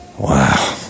Wow